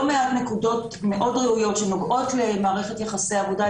מעט נקודות מאוד ראויות שנוגעות למערכת יחסי עבודה,